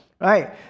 right